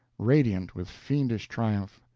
radiant with fiendish triumph,